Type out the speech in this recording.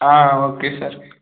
ஆமாம் okay sir